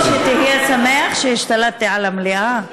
במקום שתהיה שמח שהשתלטתי על המליאה?